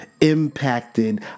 impacted